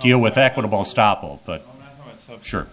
deal with equitable stoppel but sure